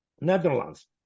Netherlands